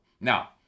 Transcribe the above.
Now